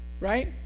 Right